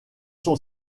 sont